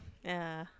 ya